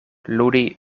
ludi